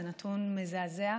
זה נתון מזעזע,